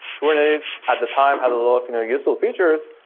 kubernetes at the time had a lot of you know useful features,